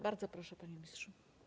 Bardzo proszę, panie ministrze.